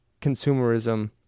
consumerism